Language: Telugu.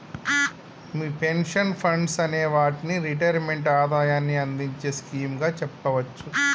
మీ పెన్షన్ ఫండ్స్ అనే వాటిని రిటైర్మెంట్ ఆదాయాన్ని అందించే స్కీమ్ గా చెప్పవచ్చు